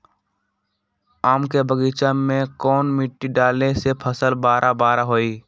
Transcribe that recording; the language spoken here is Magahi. आम के बगीचा में कौन मिट्टी डाले से फल बारा बारा होई?